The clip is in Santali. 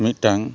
ᱢᱤᱫᱴᱟᱝ